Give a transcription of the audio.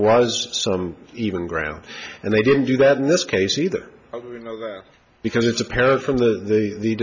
was some even ground and they didn't do that in this case either because it's apparent from the the